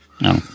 no